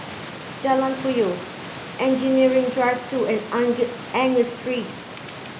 Jalan Puyoh Engineering Drive two and Angus Street